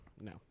No